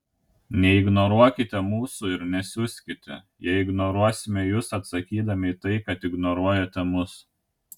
neignoruokite mūsų ir nesiuskite jei ignoruosime jus atsakydami į tai kad ignoruojate mus